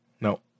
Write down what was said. No